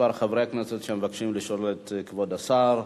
כמה חברי כנסת מבקשים לשאול את כבוד השר.